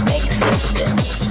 existence